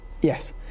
Yes